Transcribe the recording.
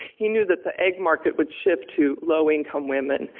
he knew that the egg market would shift to low income women.